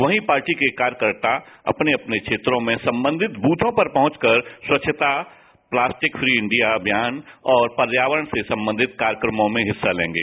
वही पार्टी के कार्यकर्ता अपने क्षेत्रों में संवधित द्वथों पर पहुंचकर स्वच्छता स्लास्टिक फ्री इंडिया अभियान और पर्यावरण से संबंधित कार्यक्रमों में हिस्सा लेंगे